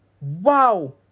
Wow